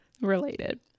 related